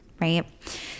right